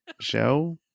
show